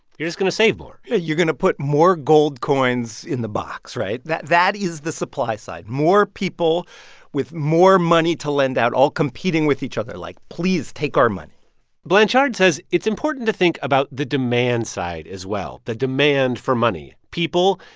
you're just going to save more yeah you're going to put more gold coins in the box, right? that that is the supply side more people with more money to lend out, all competing with each other like, please, take our money blanchard says it's important to think about the demand side as well, the demand for money people,